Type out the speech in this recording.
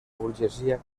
burgesia